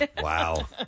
Wow